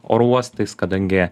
oro uostais kadangi